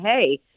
hey